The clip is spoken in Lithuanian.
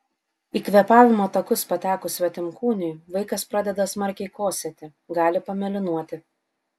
į kvėpavimo takus patekus svetimkūniui vaikas pradeda smarkiai kosėti gali pamėlynuoti